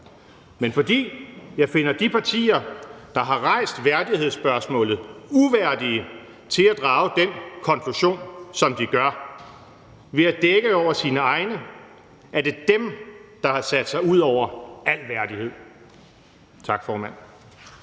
men fordi jeg finder de partier, der har rejst værdighedsspørgsmålet, uværdige til at drage den konklusion, som de gør. Ved at dække over sine egne er det dem, der har sat sig ud over al værdighed. Tak, formand.